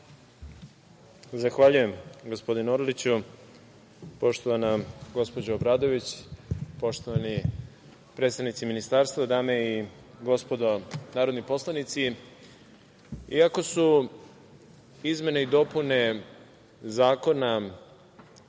Zahvaljujem gospodine Orliću. Poštovana gospođo Obradović, poštovani predstavnici ministarstva, dame i gospodo narodni poslanici. Iako su izmene i dopune zakona,